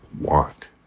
want